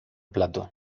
plato